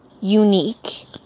unique